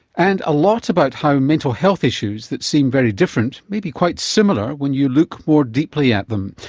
and a lot about how mental health issues that seem very different, may be quite similar when you look more deeply at them.